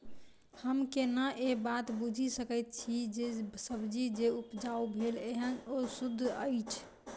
हम केना ए बात बुझी सकैत छी जे सब्जी जे उपजाउ भेल एहन ओ सुद्ध अछि?